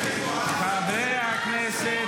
חברי הכנסת,